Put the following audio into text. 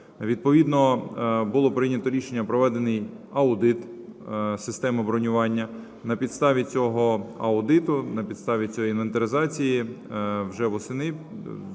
Відповідно було прийнято рішення, проведений аудит системи бронювання. Па підставі цього аудиту, на підставі цієї інвентаризації уже восени,